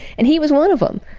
and he was one of them.